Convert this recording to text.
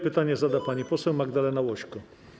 Pytanie zada pani poseł Magdalena Łośko.